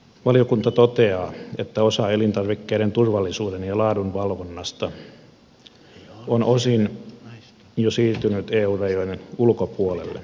valiokunta toteaa että osa elintarvikkeiden turvallisuuden ja laadun valvonnasta on jo osin siirtynyt eun rajojen ulkopuolelle